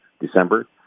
December